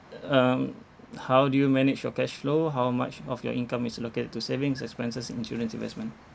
uh um how do you manage your cash flow how much of your income is allocated to savings expenses insurance investment